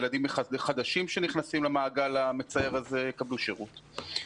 ושילדים חדשים שנכנסים למעגל המצער הזה יקבלו שירות.